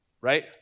right